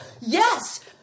yes